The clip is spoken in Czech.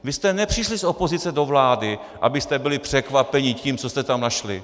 Vy jste nepřišli z opozice do vlády, abyste byli překvapeni tím, co jste tam našli.